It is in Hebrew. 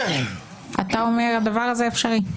אתה אומר שהדבר הזה אפשרי.